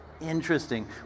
Interesting